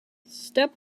step